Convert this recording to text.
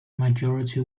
majority